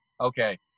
okay